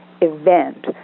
event